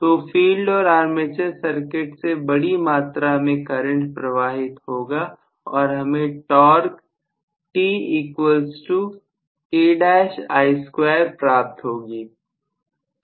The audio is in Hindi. तो फील्ड और आर्मेचर सर्किट से बड़ी मात्रा में करंट प्रवाहित होगा और हमें टॉर्क प्राप्त होगी